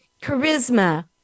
charisma